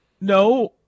No